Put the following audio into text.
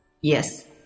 yes